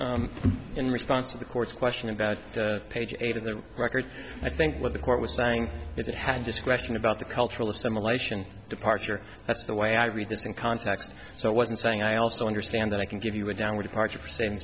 mean in response to the court's question about page eight of the record i think what the court was saying is it had discretion about the cultural assimilation departure that's the way i read this in context so i wasn't saying i also understand that i can give you a downward departure for sa